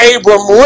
Abram